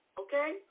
okay